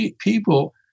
people